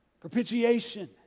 Propitiation